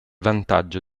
vantaggio